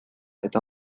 eta